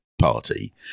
Party